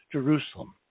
Jerusalem